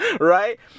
Right